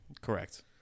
Correct